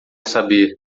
saber